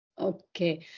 Okay